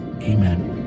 Amen